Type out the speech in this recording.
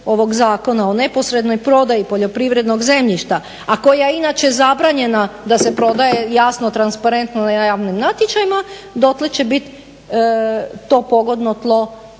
ovog zakona o neposrednoj prodaji poljoprivrednog zemljišta, a koja je inače zabranjena da se prodaje jasno, transparentno na javnim natječajima dotle će bit to pogodno tlo